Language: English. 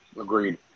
Agreed